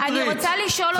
זה ייצור תקדים.